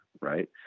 right